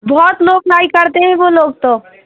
बहुत लोग लई करते हैं वह लोग तो